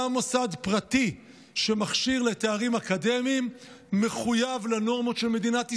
גם מוסד פרטי שמכשיר לתארים אקדמיים מחויב לנורמות של מדינת ישראל.